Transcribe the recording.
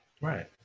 Right